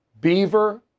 Beaver